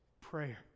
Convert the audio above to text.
prayer